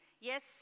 yes